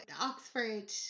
oxford